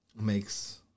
makes